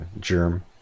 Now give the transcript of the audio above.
germ